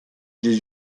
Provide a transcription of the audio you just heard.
des